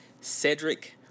Cedric